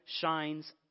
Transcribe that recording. shines